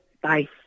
Bye